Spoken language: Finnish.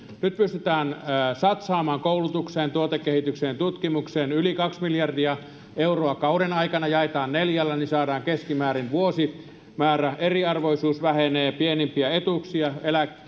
nyt pystytään satsaamaan koulutukseen tuotekehitykseen tutkimukseen yli kaksi miljardia euroa kauden aikana jaetaan neljällä niin saadaan keskimääräinen vuosimäärä eriarvoisuus vähenee pienimpiä etuuksia